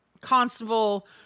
constable